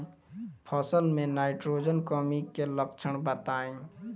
फसल में नाइट्रोजन कमी के लक्षण बताइ?